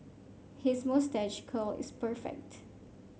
his moustache curl is perfect